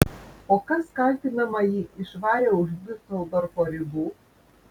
o kas kaltinamąjį išvarė už diuseldorfo ribų